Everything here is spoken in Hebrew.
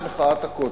את מחאת ה"קוטג'",